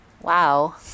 Wow